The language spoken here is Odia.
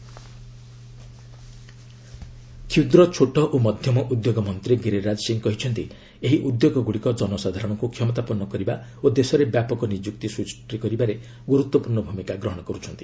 ଗିରିରାଜ ଏମଏସଏମଇ କ୍ଷୁଦ୍ର ଛୋଟ ଓ ମଧ୍ୟମ ଉଦ୍ୟୋଗ ମନ୍ତ୍ରୀ ଗିରିରାଜ ସିଂ କହିଛନ୍ତି ଏହି ଉଦ୍ୟୋଗ ଗୁଡିକ ଜନସାଧାରଣଙ୍କୁ କ୍ଷମତାପନ୍ନ କରିବା ଓ ଦେଶରେ ବ୍ୟାପକ ନିଯୁକ୍ତି ସୁଯୋଗ ସୃଷ୍ଟି କରିବାରେ ଗୁରୁତ୍ୱପୂର୍ଣ୍ଣ ଭୂମିକା ଗ୍ରହଣ କରୁଛନ୍ତି